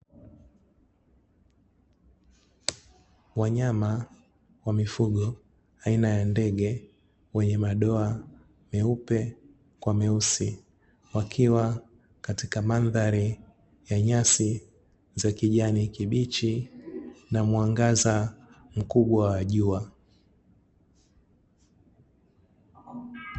Wanyama wa mifugo aina ya ndege wenye madoa meupe kwa meusi wakiwa katika mandhari ya nyasi za kijani kibichi na mwangaza mkubwa wa jua.